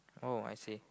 oh I see